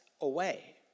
away